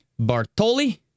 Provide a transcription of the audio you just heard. Bartoli